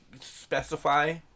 specify